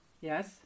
Yes